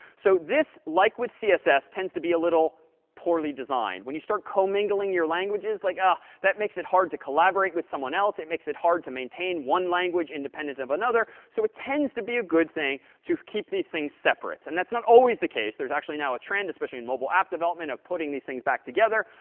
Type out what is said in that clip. so this with, like with css, tends to be a little poorly designed. when you start commingling your languages, like, ugh, ah that makes it hard to collaborate with someone else. it makes it hard to maintain one language independent of another. so it tends to be a good thing to keep these things separate. and that's not always the case. there's actually now a trend, especially in mobile app development, of putting these things back together.